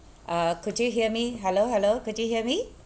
uh could you hear me hello hello could you hear me